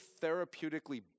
therapeutically